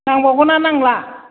नांबावगौना नांला